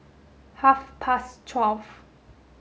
half past twelve